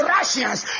Russians